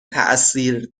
تاثیر